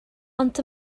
ond